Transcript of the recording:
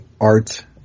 art